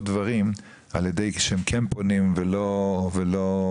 דברים על ידי זה שהם כן פונים ולא מוותרים,